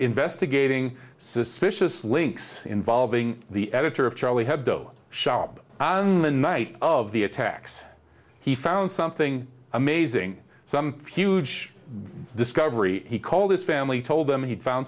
investigating suspicious links involving the editor of charlie hebdo shaab and night of the attacks he found something amazing some huge discovery he called his family told them he'd found